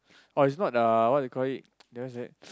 oh it's not uh what you call it the what's that